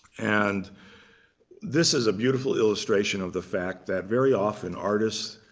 and this is a beautiful illustration of the fact that very often, artists,